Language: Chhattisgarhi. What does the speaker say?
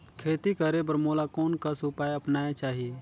खेती करे बर मोला कोन कस उपाय अपनाये चाही?